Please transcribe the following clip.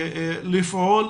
לפעול